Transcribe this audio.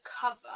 cover